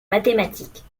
mathématiques